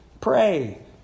pray